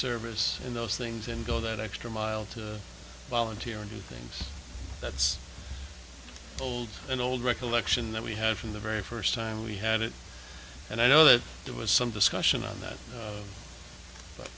service and those things and go that extra mile to volunteer and do things that's old and old recollection that we have from the very first time we had it and i know that there was some discussion on that